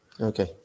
Okay